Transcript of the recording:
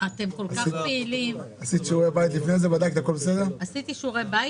כרגע אנחנו מדברים רק על עודפים 2020. לא היה משהו שקשור למגזר הביתי.